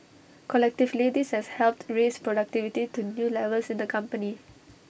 collectively this has helped raise productivity to new levels in the company